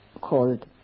called